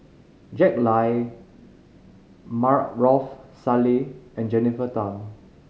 Jack Lai Maarof Salleh and Jennifer Tham